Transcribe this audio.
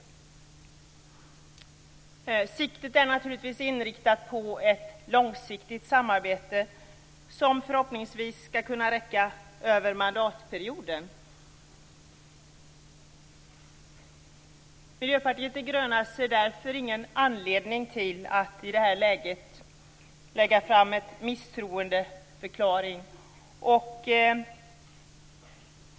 Inriktningen är naturligtvis ett långsiktigt samarbete som förhoppningsvis skall kunna räcka över mandatperioden. Miljöpartiet de gröna ser därför ingen anledning till att i detta läge lägga fram en misstroendeförklaring.